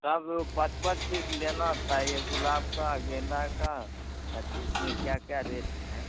सब पाँच पाँच पीस लेना था यह गुलाब का गेंदा का हाँ तो इसमें क्या क्या रेट हैं